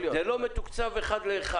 זה לא מתוקצב אחד לאחד.